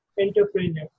entrepreneur